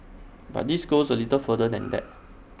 but this goes A little further than that